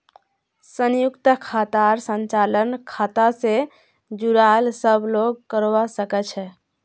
संयुक्त खातार संचालन खाता स जुराल सब लोग करवा सके छै